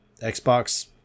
Xbox